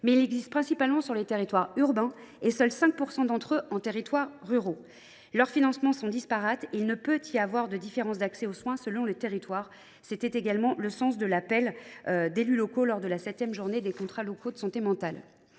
Français, mais principalement sur les territoires urbains ; seuls 5 % d’entre eux concernent des territoires ruraux. Leurs financements sont disparates. Il ne peut pas y avoir de différences d’accès aux soins selon le territoire. C’était également le sens de l’appel d’élus locaux lors de la 7 journée nationale des conseils locaux de santé mentale.